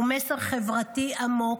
הוא מסר חברתי עמוק.